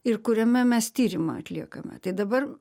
ir kuriame mes tyrimą atliekame tai dabar